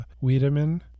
Wiedemann